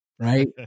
right